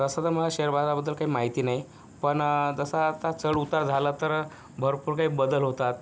तसं तर मला शेर बाजाराबद्दल काही माहिती नाही पण तसा आता चढउतार झाला तर भरपूर काही बदल होतात